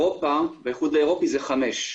ובאיחוד האירופי התקן הוא חמש.